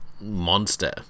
monster